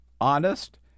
honest